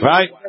Right